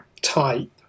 type